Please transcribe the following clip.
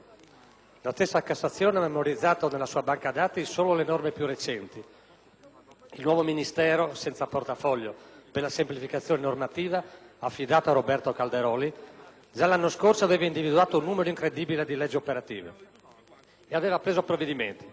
La stessa Cassazione ha memorizzato nella sua banca dati solo le norme più recenti. Il nuovo Ministero senza portafoglio per la semplificazione normativa, affidato a Roberto Calderoli, già l'anno scorso aveva individuato un numero incredibile di leggi operative e aveva preso provvedimenti.